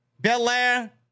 Belair